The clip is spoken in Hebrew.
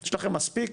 יש לכם מספיק